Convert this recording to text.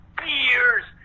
beers